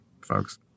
folks